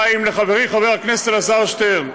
2. לחברי חבר הכנסת אלעזר שטרן,